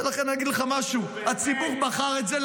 ולכן אני אגיד לך משהו: הציבור בחר את זה,